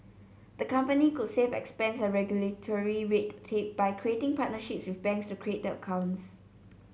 the company could save expense and regulatory red tape by creating partnerships with banks to create the accounts